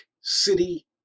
City